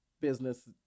business